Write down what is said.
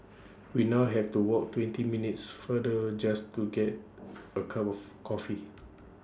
we now have to walk twenty minutes farther just to get A cup of coffee